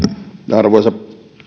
arvoisa